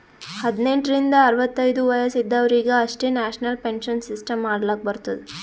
ಹದ್ನೆಂಟ್ ರಿಂದ ಅರವತ್ತೈದು ವಯಸ್ಸ ಇದವರಿಗ್ ಅಷ್ಟೇ ನ್ಯಾಷನಲ್ ಪೆನ್ಶನ್ ಸಿಸ್ಟಮ್ ಮಾಡ್ಲಾಕ್ ಬರ್ತುದ